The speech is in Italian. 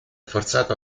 forzato